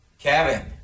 Kevin